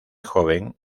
joven